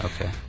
okay